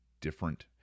different